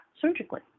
surgically